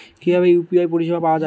কিভাবে ইউ.পি.আই পরিসেবা পাওয়া য়ায়?